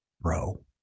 bro